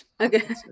okay